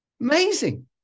Amazing